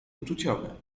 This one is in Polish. uczuciowe